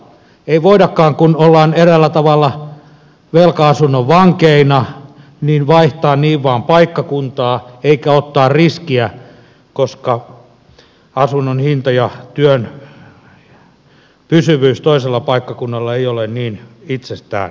ei voidakaan kun ollaan eräällä tavalla velka asunnon vankeina vaihtaa niin vain paikkakuntaa eikä ottaa riskiä koska asunnon hinta ja työn pysyvyys toisella paikkakunnalla eivät ole niin itsestään selviä